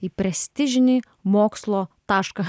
į prestižinį mokslo tašką